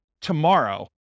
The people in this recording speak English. tomorrow